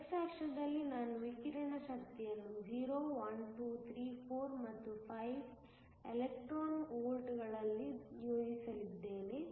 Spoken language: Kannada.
x ಅಕ್ಷದಲ್ಲಿ ನಾನು ವಿಕಿರಣದ ಶಕ್ತಿಯನ್ನು 0 1 2 3 4 ಮತ್ತು 5 ಎಲೆಕ್ಟ್ರಾನ್ ವೋಲ್ಟ್ಗಳಲ್ಲಿ ಯೋಜಿಸಲಿದ್ದೇನೆ